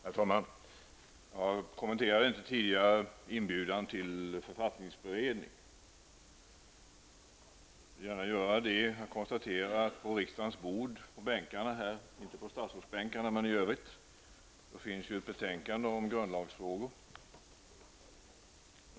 Herr talman! Jag kommenterade inte tidigare inbjudan till författningsberedning. Jag vill gärna göra det. Jag konstaterar att på bänkarna här -- inte på statsrådsbänkarna men i övrigt -- finns ett betänkande om grundlagsfrågor.